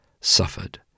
suffered